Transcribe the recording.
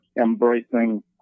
embracing